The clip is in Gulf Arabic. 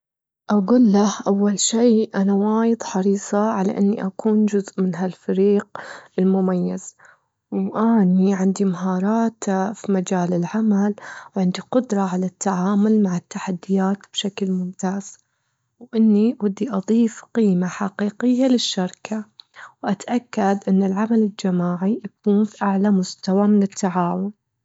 أجوله أول شي أنا وايد حريصة على إني أكون جزء من ها الفريق المميز، وأني عندي مهارات في مجال العمل، وعندي قدرة على التعامل مع التحديات بشكل ممتاز، وإني ودي أضيف قيمة حقيقية للشركة، وأتأكد أن العمل الجماعي يكون في أعلى مستوى من التعاون.